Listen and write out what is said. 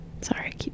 Sorry